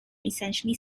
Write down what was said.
essentially